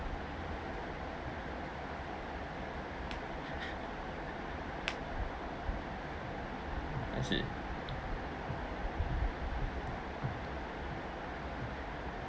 I see